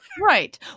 Right